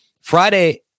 Friday